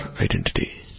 identity